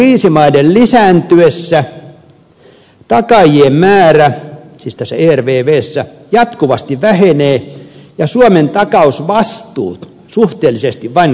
euroalueen kriisimaiden lisääntyessä takaajien määrä siis tässä ervvssä jatkuvasti vähenee ja suomen takausvastuut suhteellisesti vain kasvavat